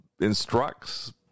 instructs